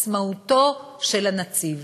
עצמאותו של הנציב,